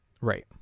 Right